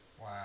wow